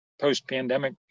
post-pandemic